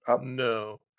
no